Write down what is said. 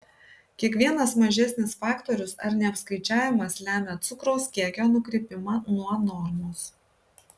kiekvienas mažesnis faktorius ar neapskaičiavimas lemia cukraus kiekio nukrypimą nuo normos